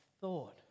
thought